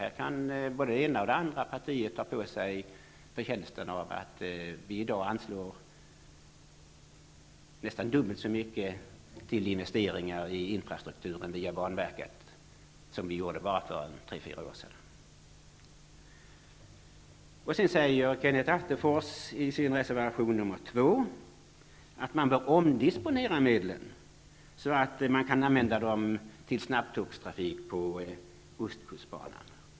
Här kan både det ena och det andra partiet ta på sig förtjänsten av att vi i dag anslår nästan dubbelt så mycket till investeringar i infrastrukturen via banverket som vi gjorde bara för tre fyra år sedan. Sedan säger Kenneth Attefors i reservation nr 2 att man bör omdisponera medlen så att de kan användas till snabbtågstrafik på ostkustbanan.